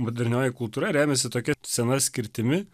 modernioji kultūra remiasi tokia sena skirtimi